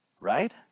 right